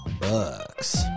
Bucks